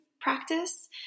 practice